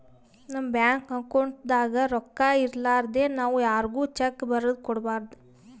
ನಮ್ ಬ್ಯಾಂಕ್ ಅಕೌಂಟ್ದಾಗ್ ರೊಕ್ಕಾ ಇರಲಾರ್ದೆ ನಾವ್ ಯಾರ್ಗು ಚೆಕ್ಕ್ ಬರದ್ ಕೊಡ್ಬಾರ್ದು